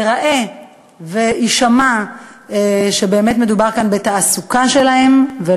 ייראה ויישמע שבאמת מדובר כאן בתעסוקה שלהם,